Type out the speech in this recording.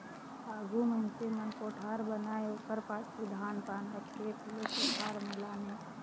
आघु मइनसे मन कोठार बनाए ओकर पाछू धान पान ल खेत ले कोठार मे लाने